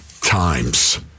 times